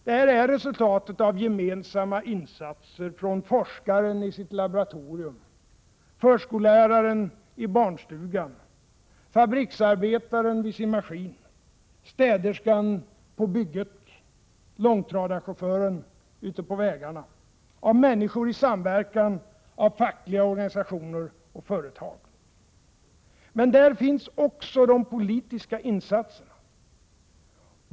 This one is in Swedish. Detta är ett resultat av gemensamma insatser, från forskaren i sitt laboratorium, förskolläraren i barnstugan, fabriksarbetaren vid sin maskin, städerskan på bygget, långtradarchauffören ute på vägarna — människor i samverkan, fackliga organisationer och företag. Men där finns också de politiska insatserna.